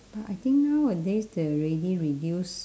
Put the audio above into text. but I think nowadays they already reduce